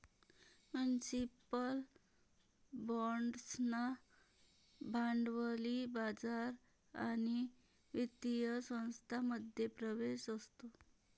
municipal बाँड्सना भांडवली बाजार आणि वित्तीय संस्थांमध्ये प्रवेश असतो